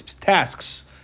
tasks